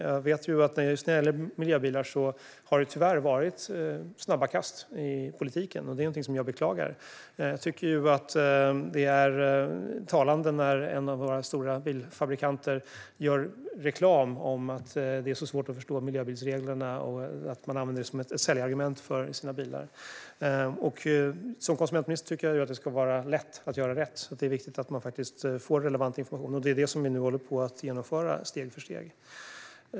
Jag vet att i fråga om miljöbilar har det tyvärr varit snabba kast i politiken, och det är någonting som jag beklagar. Jag tycker att det är talande när en av våra stora bilfabrikanter gör reklam om att det är svårt att förstå miljöbilsreglerna, och man använder det som ett säljargument för sina bilar. Som konsumentminister tycker jag att det ska vara lätt att göra rätt. Det är viktigt att man får relevant information, och det är det som vi nu steg för steg håller på att genomföra.